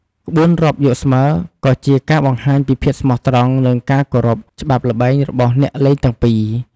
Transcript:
ក្បួនរាប់យកស្មើក៏ជាការបង្ហាញពីភាពស្មោះត្រង់ និងការគោរពច្បាប់ល្បែងរបស់អ្នកលេងទាំងពីរ។